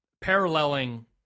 paralleling